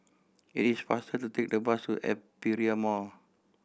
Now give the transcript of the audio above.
it is faster to take the bus to Aperia Mall